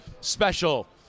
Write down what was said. special